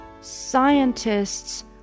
Scientists